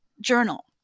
journal